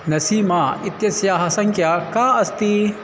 नसीमा इत्यस्याः सङ्ख्या का अस्ति